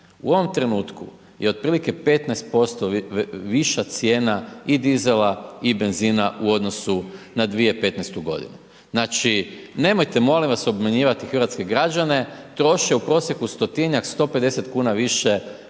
u ovom trenutku i otprilike 15% viša cijena i dizela i benzina u odnosu na 2015. Znači, nemojte molim vas obmanjivati hrvatske građane, troše u prosjeku stotinjak, 150 kn više